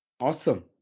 awesome